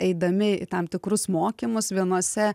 eidami į tam tikrus mokymus vienuose